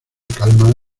calma